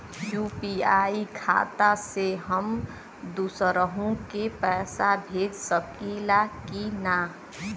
UPI खाता से हम दुसरहु के पैसा भेज सकीला की ना?